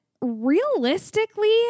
realistically